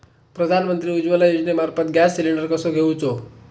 प्रधानमंत्री उज्वला योजनेमार्फत gas cylinder कसो घेऊचो?